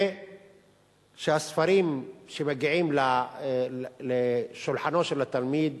ושהספרים שמגיעים לשולחנו של התלמיד